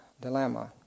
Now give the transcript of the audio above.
dilemma